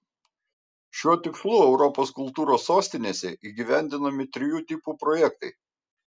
šiuo tikslu europos kultūros sostinėse įgyvendinami trijų tipų projektai